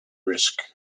risk